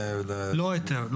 לא, לא היתר.